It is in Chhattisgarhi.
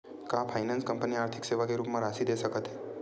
का फाइनेंस कंपनी आर्थिक सेवा के रूप म राशि दे सकत हे?